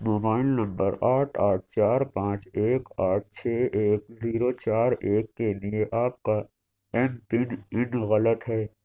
mobile number آٹھ آٹھ چار پانچ ایک آٹھ چھ ایک زیرو چار ایک کے لیے آپ کا ایم پن ان غلط ہے